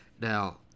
Now